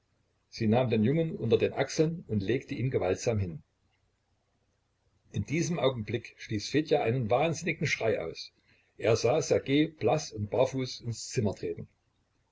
sie nahm den jungen unter den achseln und legte ihn gewaltsam hin in diesem augenblick stieß fedja einen wahnsinnigen schrei aus er sah ssergej blaß und barfuß ins zimmer treten